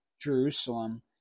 Jerusalem